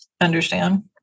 understand